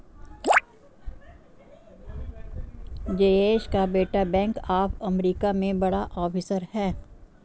जयेश का बेटा Bank of America में बड़ा ऑफिसर है